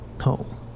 home